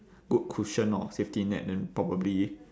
good cushion or safety net then probably